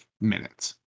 minutes